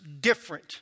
different